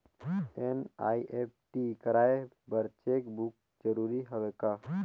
NEFT कराय बर cheque book जरूरी हवय का?